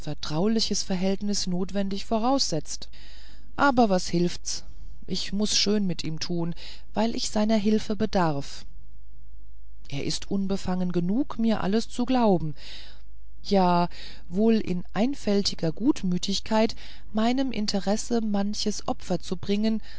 vertrauliches verhältnis notwendig voraussetzte aber was hilft's ich muß schön mit ihm tun weil ich seiner hilfe bedarf er ist unbefangen genug mir alles zu glauben ja wohl in einfältiger gutmütigkeit meinem interesse manches opfer zu bringen